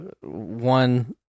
one